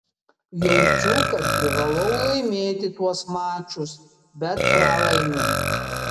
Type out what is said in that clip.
jaučiu kad privalau laimėti tuos mačus bet pralaimiu